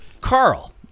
Carl